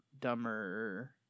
dumber